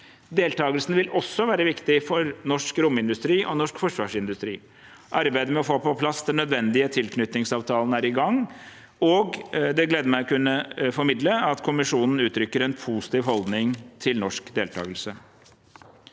Deltakelsen vil også være viktig for norsk romindustri og norsk forsvarsindustri. Arbeidet med å få på plass den nødvendige tilknytningsavtalen er i gang, og det gleder meg å kunne formidle at Kommisjonen uttrykker en positiv holdning til norsk deltakelse.